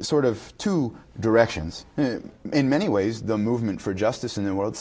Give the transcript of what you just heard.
sort of two directions in many ways the movement for justice in the